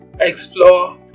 explore